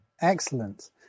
Excellent